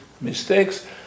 mistakes